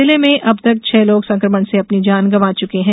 जिले में अब तक छह लोग संकमण से अपनी जान गवां चुके हैं